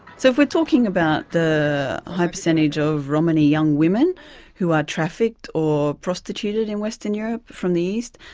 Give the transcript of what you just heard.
so if we're talking about the high percentage of romany young women who are trafficked or prostituted in western europe from the east,